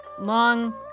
Long